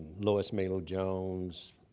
lois mailou jones,